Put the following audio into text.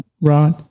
Right